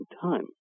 time